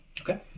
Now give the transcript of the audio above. Okay